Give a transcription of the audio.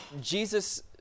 Jesus